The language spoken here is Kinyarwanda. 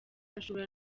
ashobora